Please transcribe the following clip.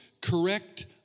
correct